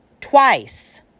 Twice